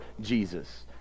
Jesus